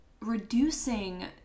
reducing